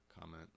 comment